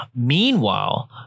meanwhile